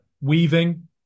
weaving